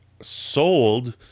sold